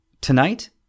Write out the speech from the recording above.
Tonight